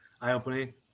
eye-opening